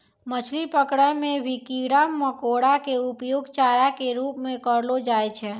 मछली पकड़ै मॅ भी कीड़ा मकोड़ा के उपयोग चारा के रूप म करलो जाय छै